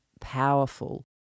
powerful